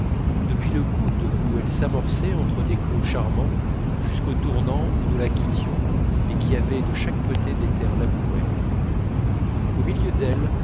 depuis le coude où elle s'amorçait entre des clos charmants jusqu'au tournant où nous la quittions et qui avait de chaque côté des terres labourées au milieu d'elles